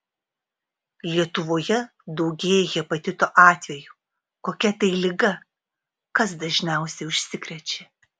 lietuvoje daugėja hepatito atvejų kokia tai liga kas dažniausiai užsikrečia